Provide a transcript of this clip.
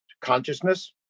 Consciousness